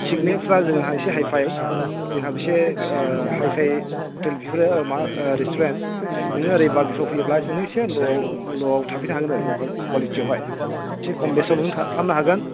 सिगनेटफ्रा जोंहा इसे hi fi जोंहा इसे हाइ फाइ हटेल बेफोरो माबा रेस्तुरेन्ट नों ओरै बारबिफ्राव फैब्ला इसे ल'आव थाफैनो हागोन आरो ल' कुवालिटीआवहाय इसे खम बेसेनाव नों खालामनो हागोन